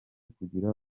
kugira